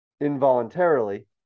involuntarily